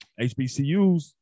HBCUs